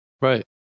Right